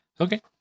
Okay